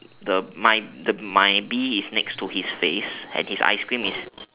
the my the my bee is next to his face and his ice cream is